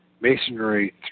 masonry